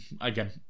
again